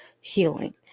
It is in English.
healing